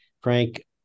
Frank